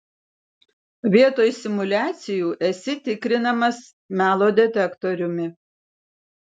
vietoj simuliacijų esi tikrinamas melo detektoriumi